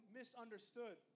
misunderstood